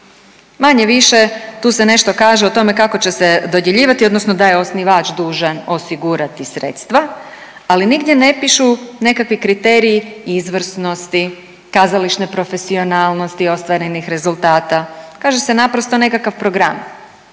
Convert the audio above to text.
Manje-više tu se nešto kaže o tome kako će se dodjeljivati odnosno da je osnivač dužan osigurati sredstva, ali nigdje ne pišu nekakvi kriteriji izvrsnosti, kazališne profesionalnosti i ostvarenih rezultata, kaže se naprosto nekakav program.